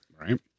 right